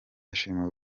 yashimiwe